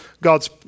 God's